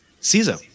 Caesar